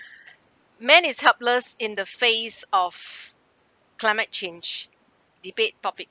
men is helpless in the face of climate change debate topic